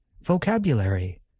vocabulary